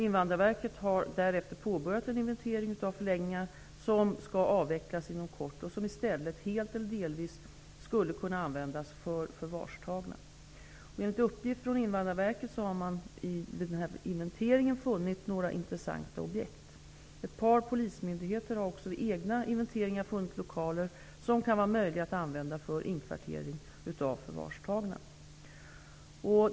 Invandrarverket har därefter påbörjat en inventering av förläggningar som skall avvecklas inom kort och som i stället helt eller delvis skulle kunna användas för förvarstagna. Enligt uppgift från Invandrarverket har man vid denna inventering funnit några intressanta objekt. Ett par polismyndigheter har också vid egna inventeringar funnit lokaler som kan vara möjliga att använda för inkvartering av förvarstagna.